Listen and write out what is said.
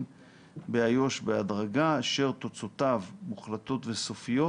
באיו"ש בהדרגה אשר תוצאותיו מוחלטות וסופיות